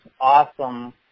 awesome